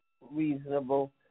reasonable